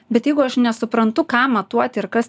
bet jeigu aš nesuprantu ką matuoti ir kas